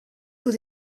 dut